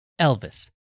Elvis